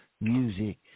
music